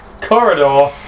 corridor